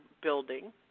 building